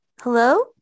Hello